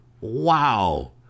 Wow